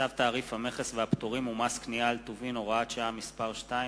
צו תעריף המכס והפטורים ומס קנייה על טובין (הוראת שעה) (מס' 2),